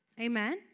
amen